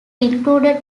included